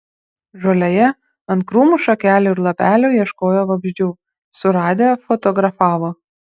žolėje ant krūmų šakelių ir lapelių ieškojo vabzdžių suradę fotografavo